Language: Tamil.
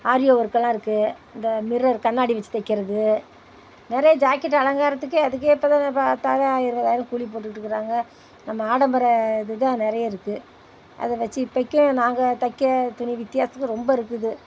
ஆரி ஒர்க்கெல்லாம் இருக்குது இந்த மிரர் கண்ணாடி வெச்சி தைக்கிறது நிறைய ஜாக்கெட் அலங்காரத்துக்கு அதுக்கேற்றது பத்தாயிரம் இருபதாயிரம் கூலி போட்டுக்கிட்டுக்கிறாங்க நம்ம ஆடம்பர இது தான் நிறைய இருக்குது அதை வெச்சி இப்பதைக்கி நாங்கள் தைக்க துணி வித்தியாசத்துக்கு ரொம்ப இருக்குது